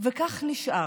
וכך נשאר.